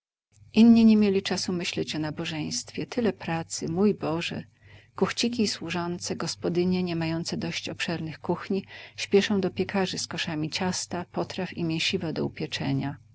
inni nie mieli czasu myśleć o nabożeństwie tyle pracy mój boże kuchciki i służące gospodynie nie mające dość obszernych kuchni śpieszą do piekarzy z koszami ciasta potraw i mięsiwa do upieczenia